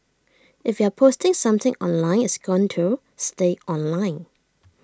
if you're posting something online it's going to stay online